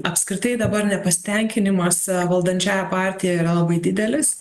apskritai dabar nepasitenkinimas valdančiąja partija yra labai didelis